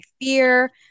fear